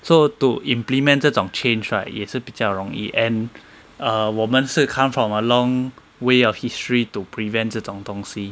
so to implement 这种 change right 也是比较容易 and err 我们是 come from a long way of history to prevent 这种东西